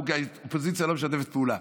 כי האופוזיציה לא משתפת פעולה.